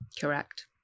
Correct